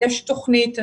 יש תכנית.